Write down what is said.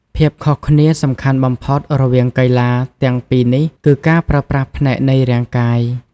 ភាពខុសគ្នាសំខាន់បំផុតរវាងកីឡាទាំងពីរនេះគឺការប្រើប្រាស់ផ្នែកនៃរាងកាយ។